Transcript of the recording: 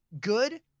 good